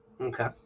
Okay